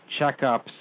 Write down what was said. checkups